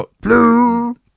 blue